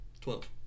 twelve